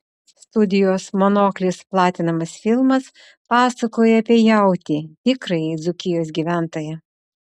studijos monoklis platinamas filmas pasakoja apie jautį tikrąjį dzūkijos gyventoją